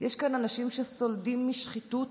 יש כאן אנשים שסולדים משחיתות